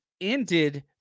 ended